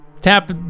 tap